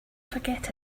forget